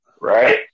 Right